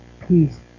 peace